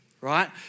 right